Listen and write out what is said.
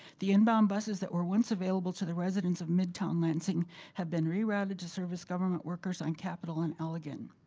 the inbound buses that were once available to the residents of midtown lansing have been rerouted to service government workers on capital and allegan.